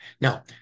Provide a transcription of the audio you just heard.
Now